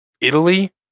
Italy